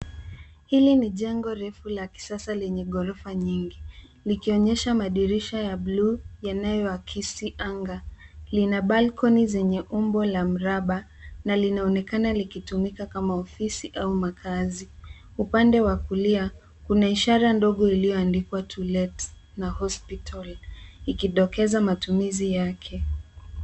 Hili ni jengo refu la kisasa lenye ghorofa nyingi, likionyesha madirisha ya buluu yanayoakisi anga. Lina balcony zenye umbo la mraba na linaonekana likitumika kama ofisi au makazi. Upande wa kulia, kuna ishara ndogo iliyoandikwa to let na hospital ikidokeza matumizi yake.